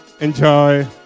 Enjoy